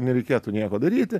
nereikėtų nieko daryti